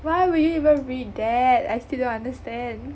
why would you even read that I still don't understand